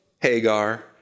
Hagar